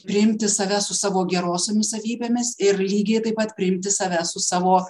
priimti save su savo gerosiomis savybėmis ir lygiai taip pat priimti save su savo